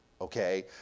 okay